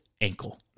ankle